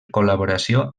col·laboració